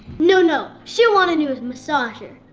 no, no, she wanted a new massager.